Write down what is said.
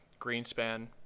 Greenspan